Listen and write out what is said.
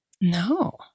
No